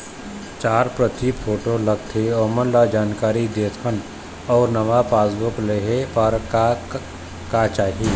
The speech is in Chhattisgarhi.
चार प्रति फोटो लगथे ओमन ला जानकारी देथन अऊ नावा पासबुक लेहे बार का का चाही?